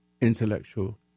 intellectual